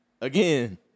again